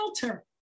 filter